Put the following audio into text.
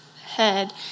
head